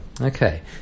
Okay